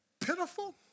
pitiful